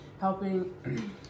helping